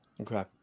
Okay